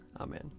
Amen